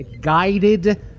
guided